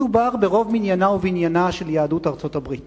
מדובר ברוב מניינה ובניינה של יהדות ארצות-הברית